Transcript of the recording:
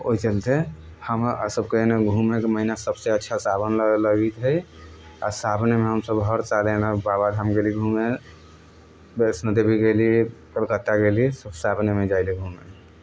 ओहि चलते हमरासभके एने घूमयके महीना सभसँ अच्छा सावन लागल रहैत हइ आ सावनेमे हमसभ हर साल एना बाबाधाम गेली घूमे वैष्णोदेवी गेली कलकत्ता गेली सभ सावनेमे जाइ छी घूमय लेल